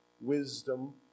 wisdom